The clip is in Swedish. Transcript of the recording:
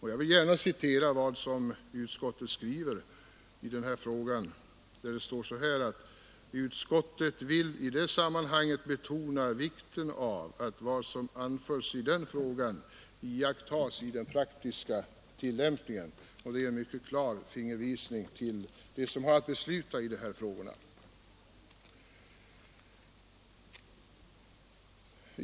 Jag vill gärna citera vad utskottet skriver i denna fråga: ”Utskottet vill i sammanhanget betona vikten av att vad som anförts i den frågan iakttas i den praktiska tillämpningen.” Det är en mycket klar fingervisning till dem som har att besluta i dessa frågor.